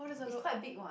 is quite big what